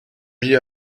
mis